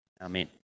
Amen